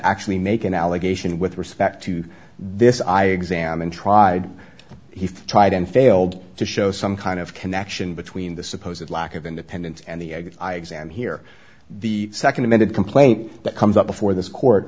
actually make an allegation with respect to this eye exam and tried he tried and failed to show some kind of connection between the suppose it lack of independence and the i examine here the second amended complaint that comes up before this court